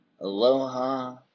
Aloha